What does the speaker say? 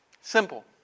Simple